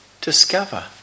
Discover